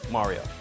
Mario